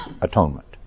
atonement